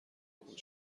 قبول